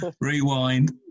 Rewind